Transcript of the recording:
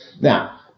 Now